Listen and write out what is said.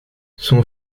son